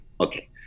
Okay